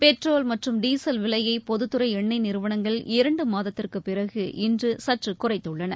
petrol மற்றும் diesel விலையை பொதுத்துறை எண்ணெய் நிறுவனங்கள் இரண்டு மாதத்திற்குப் பிறகு இன்று சற்று குறைத்துள்ளன